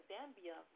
Zambia